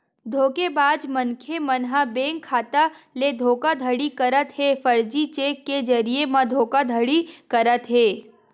धोखेबाज मनखे मन ह बेंक खाता ले धोखाघड़ी करत हे, फरजी चेक के जरिए म धोखाघड़ी करत हे